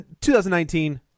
2019